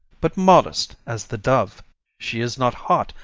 but modest as the dove she is not hot,